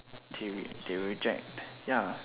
they will they will reject ya